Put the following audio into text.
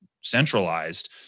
centralized